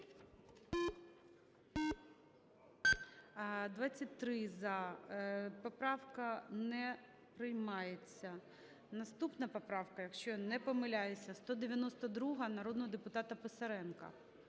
23 – за. Поправка не приймається. Наступна поправка, якщо я не помиляюсь, 192-а, народного депутата Писаренка.